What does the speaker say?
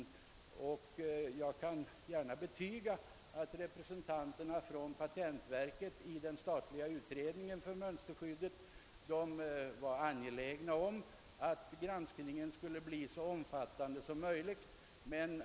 Jag kan gärna betyga att patentverkets representanter i den statliga mönsterskyddsutredningen var angelägna om att granskningen skulle bli så omfattande som möjligt.